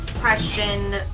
question